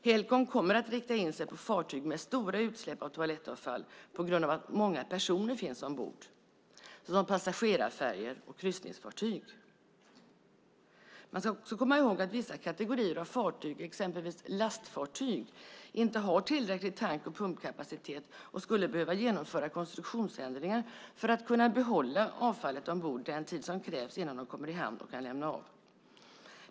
Helcom kommer att rikta in sig på fartyg med stora utsläpp av toalettavfall på grund av att många personer finns ombord såsom passagerarfärjor och kryssningsfartyg. Man ska också komma ihåg att vissa kategorier, exempelvis lastfartyg, inte har tillräcklig tank och pumpkapacitet och skulle behöva genomföra konstruktionsändringar för att kunna behålla avfallet ombord den tid som krävs innan de kommer i hamn och kan lämna av det.